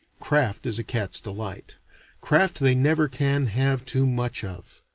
craft is a cat's delight craft they never can have too much of.